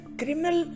criminal